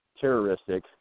terroristic